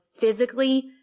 physically